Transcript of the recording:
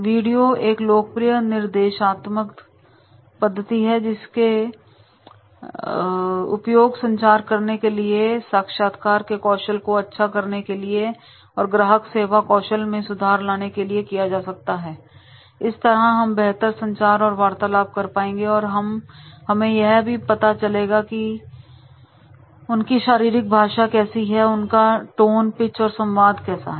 video एक लोकप्रिय निर्देशआत्मक दीदी है जिसका उपयोग संचार करने के लिए साक्षात्कार के कौशल को अच्छा करने के लिए और ग्राहक सेवा कौशल में सुधार लाने के लिए किया जा सकता है इस तरह हम बेहतर संचार और वार्तालाप कर पाएंगे और हमें यह भी पता चलेगा की उनकी शारीरिक भाषा कैसी है उनका टोन पिंच और संवाद कैसा है